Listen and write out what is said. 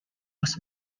was